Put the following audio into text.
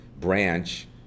branch